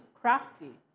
crafty